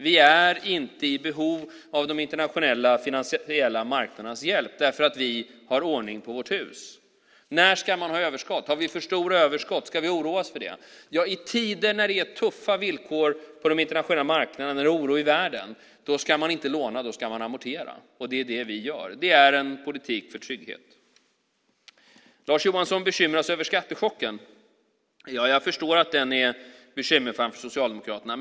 Vi är inte i behov av de internationella finansiella marknadernas hjälp därför att vi har ordning på vårt hus. När ska man ha överskott? Har vi för stora överskott? Ska vi oroa oss för det? I tider när det är tuffa villkor på de internationella marknaderna och oro i världen ska man inte låna; då ska man amortera. Och det är det vi gör. Det är en politik för trygghet. Lars Johansson bekymrar sig över skattechocken. Jag förstår att den är bekymmersam för Socialdemokraterna.